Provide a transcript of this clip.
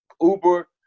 Uber